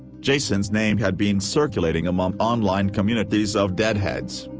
jason's name had been circulating among online communities of deadheads,